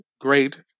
great